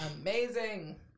amazing